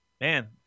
Man